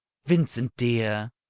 vincent, dear?